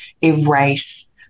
erase